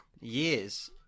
Years